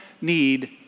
need